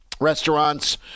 restaurants